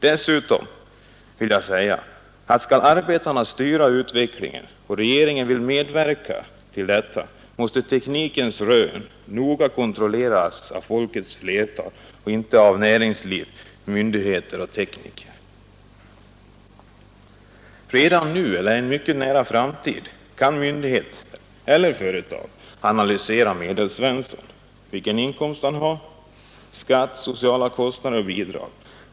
Dessutom vill jag säga att om arbetarna skall styra utvecklingen och regeringen vill medverka till detta, måste teknikens rön noga kontrolleras av folkets flertal och inte av näringsliv, myndigheter och tekniker. Redan nu eller i en mycket nära framtid kan myndigheterna eller företagen analysera Medelsvensson, ta reda på vilken inkomst han har, skatter, socialkostnader och bidrag.